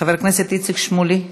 חבר הכנסת איציק שמולי,